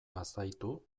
bazaitu